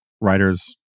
writers